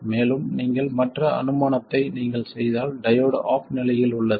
மேலும் நீங்கள் மற்ற அனுமானத்தை நீங்கள் செய்தால் டையோடு ஆஃப் நிலையில் உள்ளது